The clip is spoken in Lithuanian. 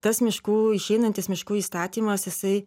tas miškų išeinantis miškų įstatymas jisai